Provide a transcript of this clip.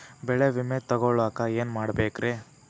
ಬೆಳೆ ವಿಮೆ ತಗೊಳಾಕ ಏನ್ ಮಾಡಬೇಕ್ರೇ?